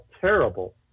terrible